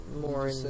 more